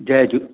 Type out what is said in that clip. जय झूले